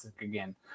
again